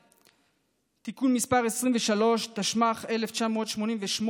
(תיקון מס' 23) התשמ"ח 1988,